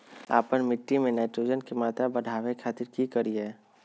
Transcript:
आपन मिट्टी में नाइट्रोजन के मात्रा बढ़ावे खातिर की करिय?